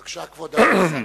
בבקשה, כבוד השר.